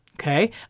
okay